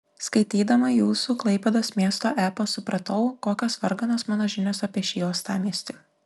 skaitydama jūsų klaipėdos miesto epą supratau kokios varganos mano žinios apie šį uostamiestį